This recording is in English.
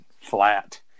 flat